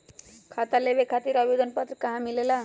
खाता खोले खातीर आवेदन पत्र कहा मिलेला?